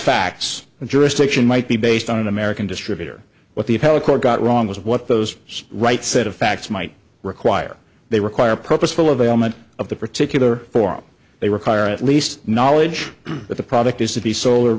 and jurisdiction might be based on an american distributor what the appellate court got wrong was what those right set of facts might require they require purposeful of ailment of the particular form they require at least knowledge that the product is to be sol